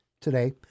today